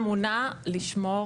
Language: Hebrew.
אני אמונה לשמור,